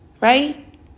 Right